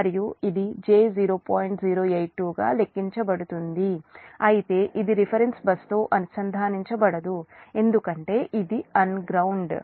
082 గా లెక్కించబడుతుంది అయితే ఇది రిఫరెన్స్ బస్సుతో అనుసంధానించబడదు ఎందుకంటే ఇది అన్గ్రౌండ్